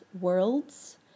Worlds